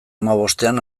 hamabostean